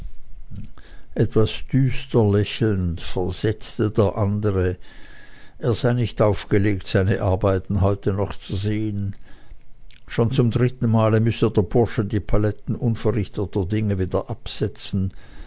etwas düster lächelnd versetzte der andere er sei nicht aufgelegt seine arbeiten heute noch zu sehen schon zum dritten male müsse der bursche die paletten unverrichteterdinge abends wieder absetzen